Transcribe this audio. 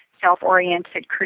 self-oriented